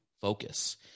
focus